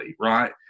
right